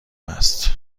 هست